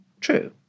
true